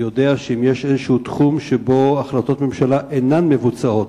יודע שאם יש איזשהו תחום שבו החלטות ממשלה אינן מבוצעות,